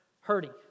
Hurting